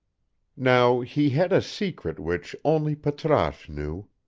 now he had a secret which only patrasche knew.